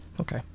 Okay